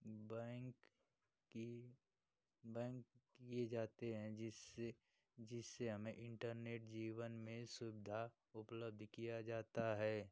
bank की bank किए जाते हैं जिससे जिससे हमें इंटरनेट जीवन में सुविधा उपलब्ध किया जाता है